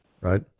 right